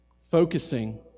focusing